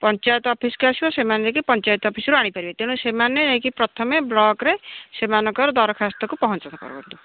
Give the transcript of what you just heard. ପଞ୍ଚାୟତ ଅଫିସ୍କୁ ଆସିବ ସେମାନେ ଯାଇକି ପଞ୍ଚାୟତ ଅଫିସ୍ରୁ ଆଣିପାରିବେ ତେଣୁ ସେମାନେ ଯାଇକି ପ୍ରଥମେ ବ୍ଲକ୍ରେ ସେମାନଙ୍କର ଦରଖାସ୍ତକୁ କରନ୍ତୁ